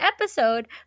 episode